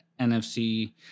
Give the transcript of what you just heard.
NFC